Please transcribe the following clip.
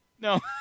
No